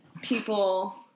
people